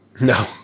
No